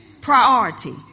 priority